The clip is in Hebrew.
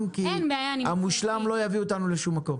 כי המושלם לא יביא אותנו לשום מקום.